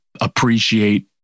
appreciate